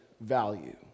value